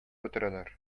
бетерәләр